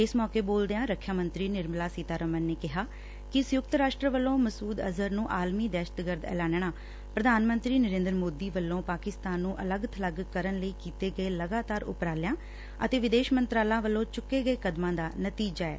ਇਸ ਮੌਕੇ ਬੋਲਦਿਆਂ ਰੱਖਿਆ ਮੰਤਰੀ ਨਿਰਮਲਾ ਸੀਤਾਰਮਨ ਨੇ ਕਿਹਾ ਕਿ ਸੰਯੁਕਤ ਰਾਸ਼ਟਰ ਵੱਲੋਂ ਮਸੂਦ ਅਜ਼ਹਰ ਨੂੰ ਆਲਮੀ ਦਹਿਸ਼ਤਗਰਦ ਐਲਾਨਣਾ ਪ੍ਰਧਾਨ ਮੰਤਰੀ ਨਰੇਂਦਰ ਮੋਦੀ ਵੱਲੋਂ ਪਾਕਿਸਤਾਨ ਨੂੰ ਅਲੱਗ ਬਲੱਗ ਕਰਨ ਲਈ ਕੀਤੇ ਗਏ ਲਗਾਤਾਰ ਉਪਰਾਲਿਆਂ ਅਤੇ ਵਿਦੇਸ਼ ਮੰਤਰਾਲੇ ਵੱਲੋਂ ਚੁੱਕੇ ਗਏ ਕਦਮਾਂ ਦਾ ਨਤੀਜਾ ਐ